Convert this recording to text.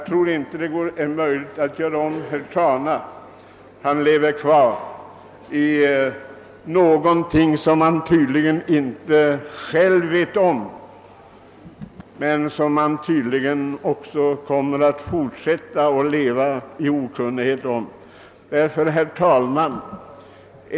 Herr Trana lever kvar i gamla föreställningar, och han kommer tydligen att fortsätta att leva i okunnighet om vad som har hänt i samhället.